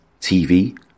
TV